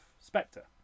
Spectre